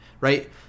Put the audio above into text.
right